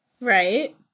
Right